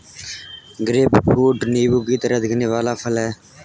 grapefruit नींबू की तरह दिखने वाला एक फल है